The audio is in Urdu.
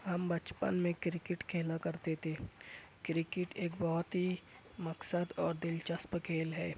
ہم بچپن میں کرکٹ کھیلا کرتے تھے کرکٹ ایک بہت ہی مقصد اور دلچسپ کھیل ہے